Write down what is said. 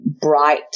bright